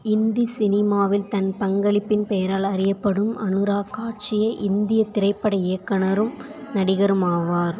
இந்தி சினிமாவில் தன் பங்களிப்பின் பெயரால் அறியப்படும் அனுராக் காஷியை இந்திய திரைப்பட இயக்குனரும் நடிகருமாவார்